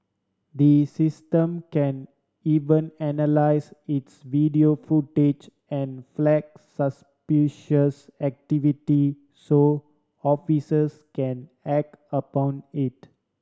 the system can even analyse its video footage and flag suspicious activity so officers can act upon it